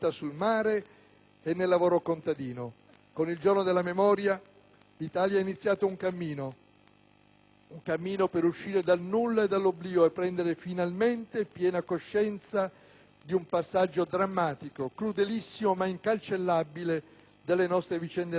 e nel lavoro contadino. Con il Giorno del ricordo, l'Italia ha iniziato un cammino, per uscire dal nulla e dall'oblio e prendere finalmente piena coscienza di un passaggio drammatico, crudelissimo, ma incancellabile, delle nostre vicende nazionali.